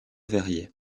verrier